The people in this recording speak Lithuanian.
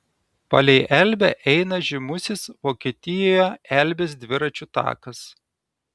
palei elbę eina žymusis vokietijoje elbės dviračių takas